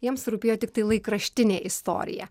jiems rūpėjo tiktai laikraštinė istorija